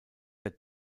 der